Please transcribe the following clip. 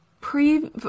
pre